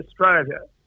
Australia